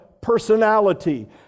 personality